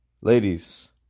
Ladies